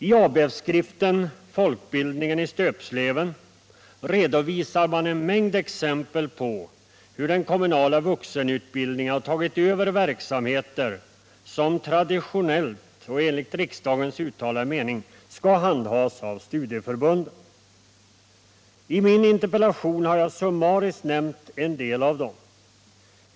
I ABF-skriften Folkbildningen i stöpsleven redovisas en mängd exempel på hur den kommunala vuxenutbildningen tagit över verksamheter som traditionellt och enligt riksdagens uttalade mening skall handhas av studieförbunden. I min interpellation har jag summariskt nämnt en del av dem.